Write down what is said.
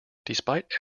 despite